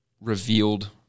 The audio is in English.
revealed